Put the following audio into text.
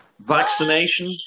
vaccination